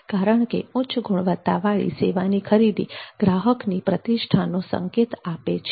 કારણ કે ઉચ્ચ ગુણવત્તાવાળી સેવાની ખરીદી ગ્રાહકની પ્રતિષ્ઠા નો સંકેત છે